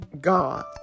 God